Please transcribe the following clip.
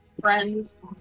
friends